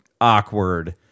awkward